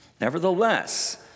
Nevertheless